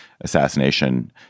assassination